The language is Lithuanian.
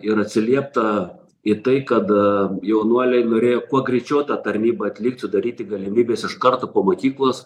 ir atsiliepta į tai kad jaunuoliai norėjo kuo greičiau tą tarnybą atlikti sudaryti galimybes iš karto po mokyklos